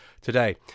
today